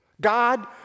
God